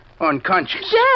unconscious